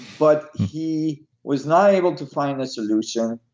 but he was not able to find a solution.